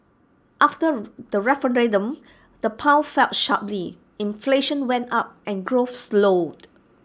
after the referendum the pound fell sharply inflation went up and growth slowed